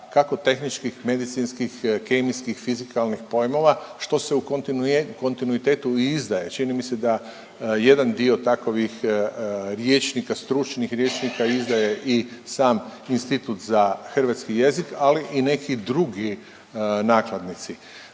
kako tehničkih, medicinskih, kemijskih, fizikalnih pojmova, što se u kontinuitetu i izdaje. Čini mi se da jedan dio takovih rječnika, stručnih rječnika izdaje i sam Institut za hrvatski jezik, ali i neki drugi nakladnici.